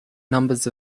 numbers